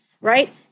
right